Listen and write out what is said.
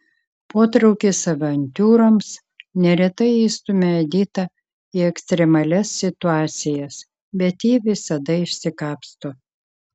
potraukis avantiūroms neretai įstumia editą į ekstremalias situacijas bet ji visada išsikapsto